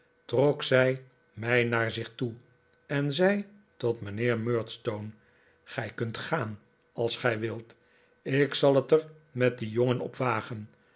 trok zij mij naar zich toe en zei tot mijnheer murdstone gij kunt gaan als gij wilt ik zal het er met den jongen op wagen